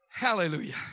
Hallelujah